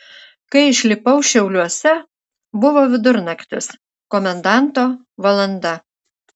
kai išlipau šiauliuose buvo vidurnaktis komendanto valanda